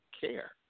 care